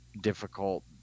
difficult